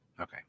Okay